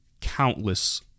countless